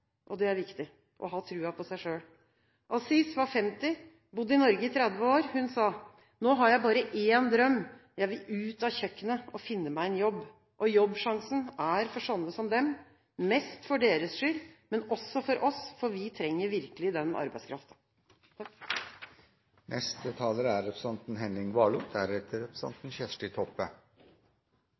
nå.» Det er viktig – å ha troen på seg selv. Aziz var 50 år, hadde bodd i Norge i 30 år. Hun sa: «Nå har jeg bare én drøm. Jeg vil ut fra kjøkkenet og finne meg en jobb.» Jobbsjansen er for sånne som dem – mest for deres skyld, men også for oss, for vi trenger virkelig den